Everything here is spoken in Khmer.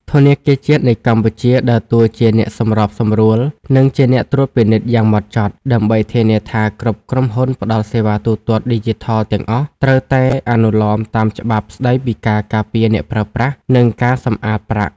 ធនាគារជាតិនៃកម្ពុជាដើរតួជាអ្នកសម្របសម្រួល និងជាអ្នកត្រួតពិនិត្យយ៉ាងហ្មត់ចត់ ដើម្បីធានាថាគ្រប់ក្រុមហ៊ុនផ្ដល់សេវាទូទាត់ឌីជីថលទាំងអស់ត្រូវតែអនុលោមតាមច្បាប់ស្ដីពីការការពារអ្នកប្រើប្រាស់ និងការសម្អាតប្រាក់។